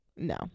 No